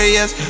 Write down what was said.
Yes